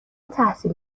تحصیل